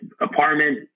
apartment